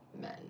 men